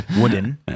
Wooden